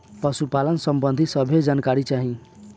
पशुपालन सबंधी सभे जानकारी चाही?